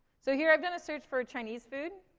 so here i've done a search for chinese food.